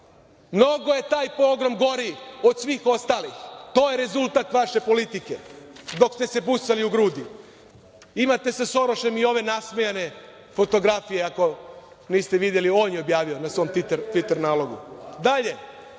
Mnogo je taj pogrom gori od svih ostalih. To je rezultat vaše politike, dok ste se busali u grudi. Imate sa Sorošem i ove nasmejane fotografije, ako niste videli, on je objavio na svom tviter nalogu. Dalje,